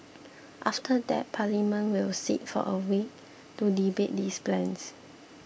after that Parliament will sit for a week to debate these plans